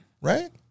Right